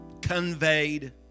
conveyed